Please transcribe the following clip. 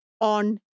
on